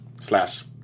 slash